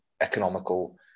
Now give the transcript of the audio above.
economical